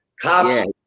cops